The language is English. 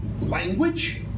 language